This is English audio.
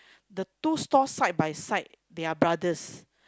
the two stalls side by side they are brothers